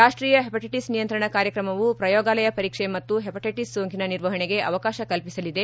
ರಾಷ್ಷೀಯ ಹೆಪಾಟ್ಟೆಟಸ್ ನಿಯಂತ್ರಣ ಕಾರ್ಯಕ್ರಮವು ಪ್ರಯೋಗಾಲಯ ಪರೀಕ್ಷೆ ಮತ್ತು ಹೆಪಾಟ್ಗೆಟಿಸ್ ಸೋಂಕಿನ ನಿರ್ವಹಣೆಗೆ ಅವಕಾಶ ಕಲ್ಪಿಸಲಿದೆ